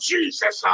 Jesus